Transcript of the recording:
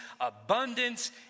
abundance